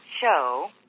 show